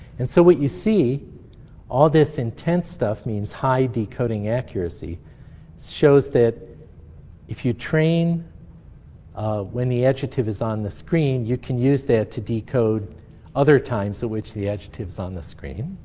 and so what you see all this intense stuff means high decoding accuracy shows that if you train um when the adjective is on the screen, you can use that to decode other times at which the adjective's on the screen.